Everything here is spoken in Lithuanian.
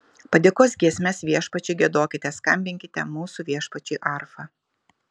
padėkos giesmes viešpačiui giedokite skambinkite mūsų viešpačiui arfa